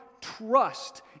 trust